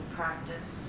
practice